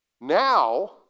Now